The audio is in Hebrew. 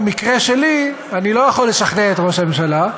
במקרה שלי אני לא יכול לשכנע את ראש הממשלה,